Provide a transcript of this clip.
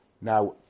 now